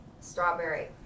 strawberry